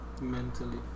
mentally